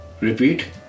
repeat